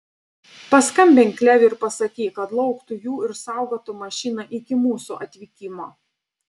paskambink leviui ir pasakyk kad lauktų jų ir saugotų mašiną iki mūsų atvykimo